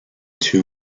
two